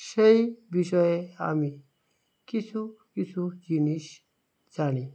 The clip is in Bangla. সেই বিষয়ে আমি কিছু কিছু জিনিস জানি